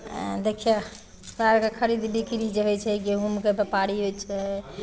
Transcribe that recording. आँय देखियौ के खरीद बिक्री जे होइ छै गहूँमके व्यापारी होइ छै